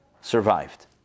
survived